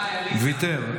ויתר.